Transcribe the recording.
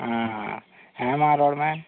ᱚᱻ ᱦᱮᱸ ᱢᱟ ᱨᱚᱲ ᱢᱮ